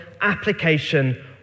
application